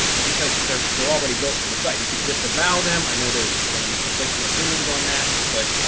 because they're, they're already built to the site, you could disavow them. i know, there's going to be conflicting opinions on that. but,